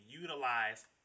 utilize